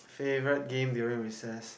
favorite game during recess